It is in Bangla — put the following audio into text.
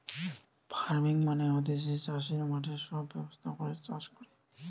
ফার্মিং মানে হতিছে চাষের মাঠে সব ব্যবস্থা করে চাষ কোরে